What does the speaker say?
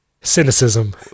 cynicism